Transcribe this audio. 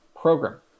program